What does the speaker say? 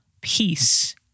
peace